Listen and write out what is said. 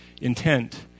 intent